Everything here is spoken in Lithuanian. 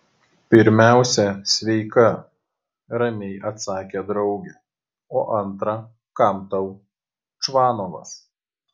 pirmiausia sveika ramiai atsakė draugė o antra kam tau čvanovas